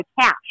cash